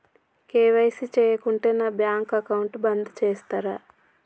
KYC చేయకుంటే నా bank account బంద్ చేస్తరా?